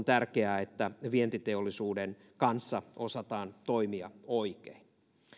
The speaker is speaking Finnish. tärkeää että vientiteollisuuden kanssa osataan toimia oikein